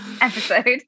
episode